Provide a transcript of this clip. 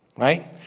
Right